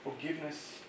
forgiveness